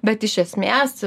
bet iš esmės